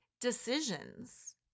decisions